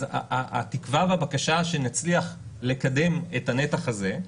אז התקווה והבקשה שנצליח לקדם את הנתח הזה,